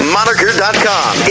Moniker.com